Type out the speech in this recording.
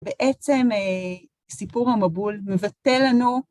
בעצם, סיפור המבול מבטא לנו